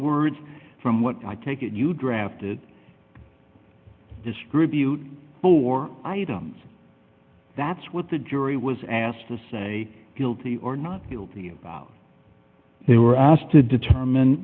words from what i take it you drafted distribute four items that's what the jury was asked to say guilty or not guilty about they were asked to determine